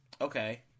Okay